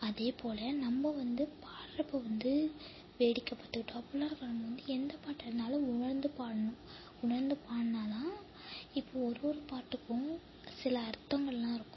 அதேபோல் நம்ம வந்து பாடுறப்ப வந்து வேடிக்கை பாத்துகிட்டோ அப்படிலாருக்கக்கூடாது அவங்க எந்த பாட்டாயிருந்தாலும் உணர்ந்து பாடணும் உணர்ந்து பாடினாதான் இப்போது ஒரு ஒரு பாட்டுக்கும் சில அர்த்தங்கலாம் இருக்கும்